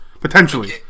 potentially